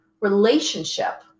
relationship